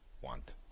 want